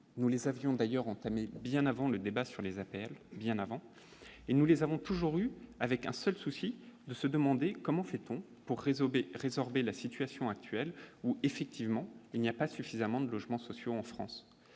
nous les avions d'ailleurs entamé bien avant le débat sur les affaires bien avant et nous les avons toujours eue avec un seul souci de se demander comment fait-on pour résorber résorber la situation actuelle où effectivement il n'y a pas suffisamment de logements sociaux en France,